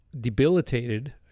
debilitated